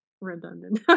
redundant